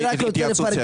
פחות?